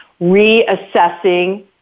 reassessing